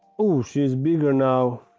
oh, she's bigger now